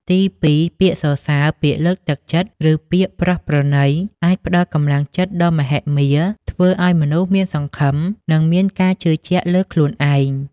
ទីពីរ ពាក្យសរសើរ ពាក្យលើកទឹកចិត្ត ឬ ពាក្យប្រោសប្រណី អាចផ្ដល់កម្លាំងចិត្តដ៏មហិមា ធ្វើឱ្យមនុស្សមានសង្ឃឹម និងមានការជឿជាក់លើខ្លួនឯង។